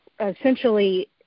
essentially